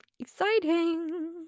exciting